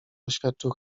oświadczył